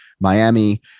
Miami